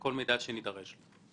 כל מידע שנידרש לו.